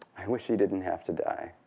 i wish he didn't have to die.